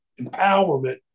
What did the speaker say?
empowerment